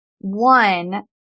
one